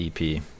EP